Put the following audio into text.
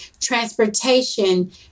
transportation